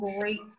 great